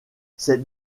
ces